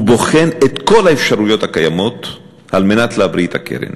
הוא בוחן את כל האפשרויות הקיימות על מנת להבריא את הקרן: